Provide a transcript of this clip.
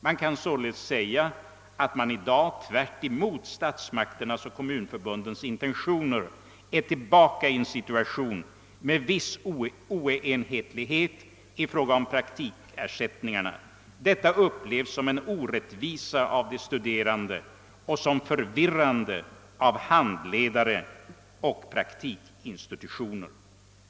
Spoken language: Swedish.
Man kan således säga att man idag, tvärtemot statsmakternas och kommunförbundens intentioner, är tillbaka i en situation med viss oenhetlighet ifråga om praktikersättningarna. Detta upplevs som en orättvisa av de studerande och som förvirrande av handledare och praktikinstitutioner.